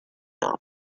off